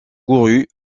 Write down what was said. couru